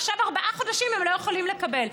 עכשיו ארבעה חודשים הם לא יכולים לקבל.